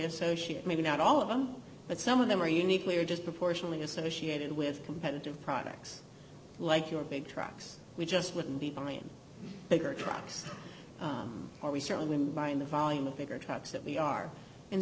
associated maybe not all of them but some of them are uniquely or just proportionately associated with competitive products like your big trucks we just wouldn't be buying bigger trucks or we certainly when buying the volume of bigger trucks that we are and